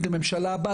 אם זה הממשלה הבא,